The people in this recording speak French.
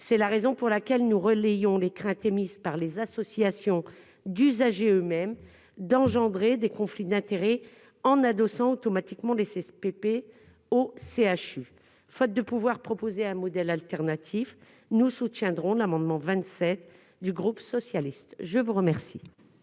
c'est la raison pour laquelle nous relayons les craintes émises par les associations d'usagers eux- mêmes d'engendrer des conflits d'intérêts en adossant automatiquement des SPP au CHU, faute de pouvoir proposer un modèle alternatif, nous soutiendrons l'amendement 27 du groupe socialiste, je vous remercie.